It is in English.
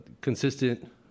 consistent